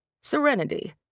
Serenity